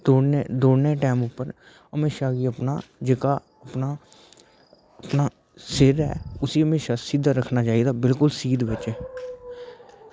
दौड़ने टैम उप्पर हमेशा गै अपना जेह्का अपना सिर ऐ उसी हमेशी सिध्दा रक्खना चहिदा बिल्कुल सीध बिच्च